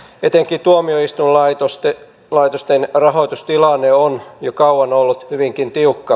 etenkin tuomioistuinlaitosten rahoitustilanne on jo kauan ollut hyvinkin tiukka